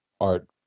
art